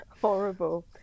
horrible